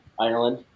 Ireland